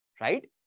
right